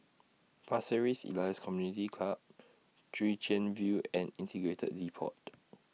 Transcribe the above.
Pasir Ris Elias Community Club Chwee Chian View and Integrated Depot